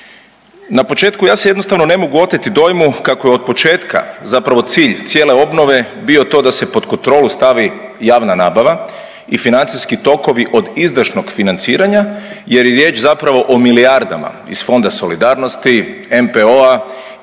Na početku ja se jednostavno ne mogu oteti dojmu kako je od početka zapravo cilj cijele obnove bio to da se pod kontrolu stavi javna nabava i financijski tokovi od izdašnog financiranja, jer je riječ zapravo o milijardama iz Fonda solidarnosti, MPO-a